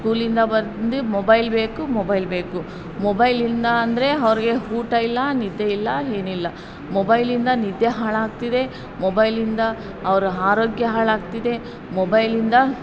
ಸ್ಕೂಲಿಂದ ಬಂದು ಮೊಬೈಲ್ ಬೇಕು ಮೊಬೈಲ್ ಬೇಕು ಮೊಬೈಲ್ ಇಲ್ಲ ಅಂದರೆ ಅವ್ರಿಗೆ ಊಟ ಇಲ್ಲ ನಿದ್ದೆ ಇಲ್ಲ ಏನಿಲ್ಲ ಮೊಬೈಲಿಂದ ನಿದ್ದೆ ಹಾಳಾಗ್ತಿದೆ ಮೊಬೈಲಿಂದ ಅವ್ರ ಆರೋಗ್ಯ ಹಾಳಾಗ್ತಿದೆ ಮೊಬೈಲಿಂದ